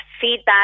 feedback